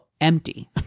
empty